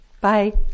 Bye